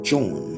John